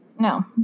No